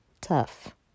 tough